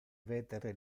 vetere